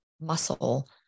muscle